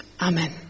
Amen